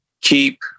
keep